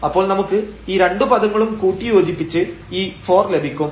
അപ്പോൾ നമുക്ക് ഈ രണ്ടു പദങ്ങളും കൂട്ടിയോജിപ്പിച്ച് ഈ 4 ലഭിക്കും